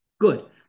Good